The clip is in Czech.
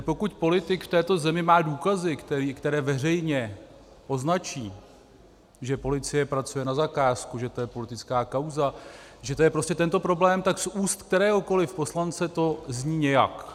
Pokud politik v této zemi má důkazy, které veřejně označí, že policie pracuje na zakázku, že to je politická kauza, že to je prostě tento problém, tak z úst kteréhokoli poslance to zní nějak.